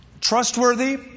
trustworthy